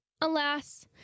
Alas